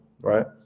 Right